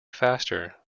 faster